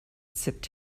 sipped